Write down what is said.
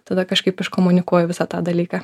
tada kažkaip iškomunikuoji visą tą dalyką